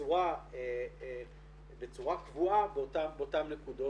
בצורה קבועה באותן נקודות.